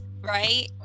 right